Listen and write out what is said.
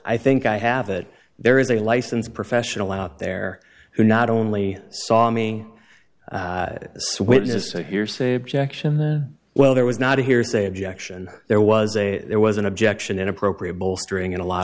i think i have it there is a licensed professional out there who not only saw me witness a hearsay objection well there was not a hearsay objection there was a there was an objection inappropriate bolstering in a lot